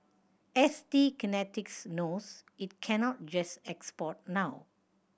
S T Kinetics knows it cannot just export now